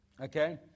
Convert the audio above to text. okay